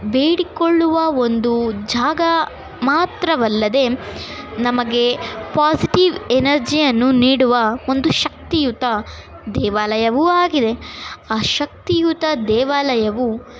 ಬೇಡಿಕೊಳ್ಳುವ ಒಂದು ಜಾಗ ಮಾತ್ರವಲ್ಲದೆ ನಮಗೆ ಪಾಸಿಟಿವ್ ಎನರ್ಜಿಯನ್ನು ನೀಡುವ ಒಂದು ಶಕ್ತಿಯುತ ದೇವಾಲಯವೂ ಆಗಿದೆ ಆ ಶಕ್ತಿಯುತ ದೇವಾಲಯವು